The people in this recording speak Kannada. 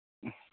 ಹ್ಞೂ